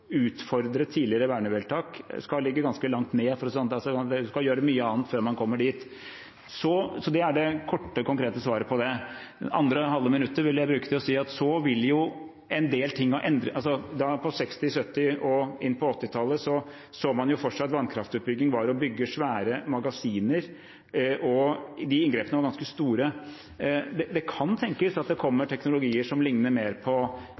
utfordre tidligere vernevedtak skal ligge ganske langt nede. Man skal gjøre mye annet før man kommer dit. Det er det korte og konkrete svaret på det. Det andre halve minuttet vil jeg bruke til å si at en del ting vil ha endret seg. På 1960-, 1970- og inn på 1980-tallet så man jo for seg at vannkraftutbygging var å bygge svære magasiner, og de inngrepene var ganske store. Det kan tenkes at det kommer teknologier som ligner mer på